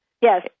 Yes